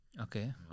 Okay